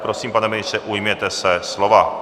Prosím, pane ministře, ujměte se slova.